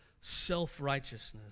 self-righteousness